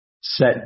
set